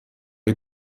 های